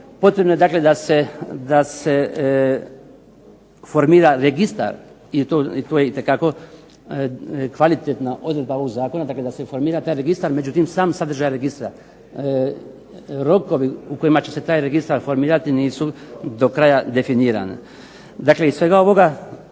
potrebno je da se formira registar i to je itekako kvalitetna odredba ovog zakona, dakle da se formira taj registar. No međutim, sam sadržaj registra rokovi u kojima će se taj registar formirati nisu do kraja definirani.